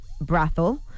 brothel